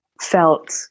felt